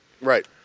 Right